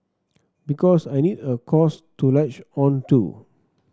because I need a cause to latch on to